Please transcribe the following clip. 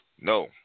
No